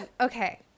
okay